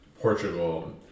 Portugal